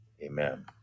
amen